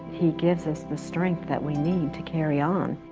he gives us the strength that we need to carry on.